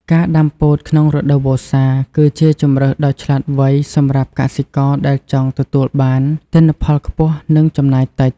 ការដាំពោតក្នុងរដូវវស្សា គឺជាជម្រើសដ៏ឆ្លាតវៃសម្រាប់កសិករដែលចង់ទទួលបានទិន្នផលខ្ពស់ និងចំណាយតិច។